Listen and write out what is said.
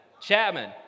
Chapman